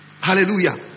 Hallelujah